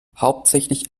hauptsächlich